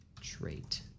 Trait